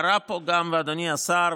אדוני השר,